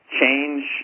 change